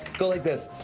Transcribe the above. go like this.